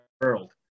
world